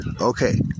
Okay